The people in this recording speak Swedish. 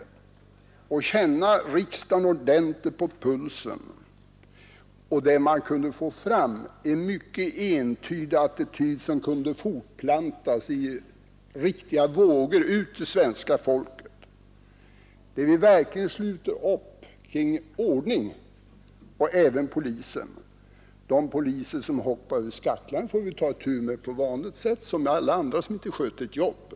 Då kunde vi känna riksdagen ordentligt på pulsen och få fram en mycket entydig attityd, som kunde fortplantas i riktiga vågor ut till svenska folket och som innebar att alla slöt upp om begreppen ordning och polis. De poliser som hoppar över skacklarna får vi väl ta itu med på samma sätt som sker med alla andra som inte sköter sitt jobb.